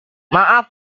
maaf